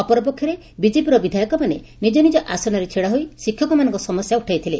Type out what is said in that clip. ଅପରପକ୍ଷରେ ବିଜେପିର ବିଧାୟକମାନେ ନିଜ ନିଜ ଆସନରେ ଛିଡ଼ା ହୋଇ ଶିକ୍ଷକମାନଙ୍କ ସମସ୍ୟା ଉଠାଇଥିଲେ